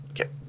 okay